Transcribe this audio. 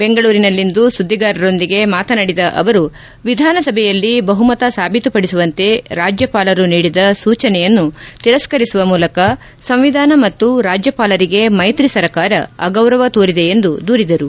ಬೆಂಗಳೂರಿನಲ್ಲಿಂದು ಸುದ್ದಿಗಾರರೊಂದಿಗೆ ಮಾತನಾಡಿದ ಅವರು ವಿಧಾನಸಭೆಯಲ್ಲಿ ಬಹುಮತ ಸಾಬೀತುಪಡಿಸುವಂತೆ ರಾಜ್ಯಪಾಲರು ನೀಡಿದ ಸೂಚನೆಯನ್ನು ತಿರಸ್ಕರಿಸುವ ಮೂಲಕ ಸಂವಿಧಾನ ಮತ್ತು ರಾಜ್ಯಪಾಲರಿಗೆ ಮೈತ್ರಿ ಸರ್ಕಾರ ಅಗೌರವ ತೋರಿದೆ ಎಂದು ದೂರಿದರು